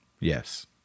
Yes